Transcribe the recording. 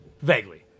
Vaguely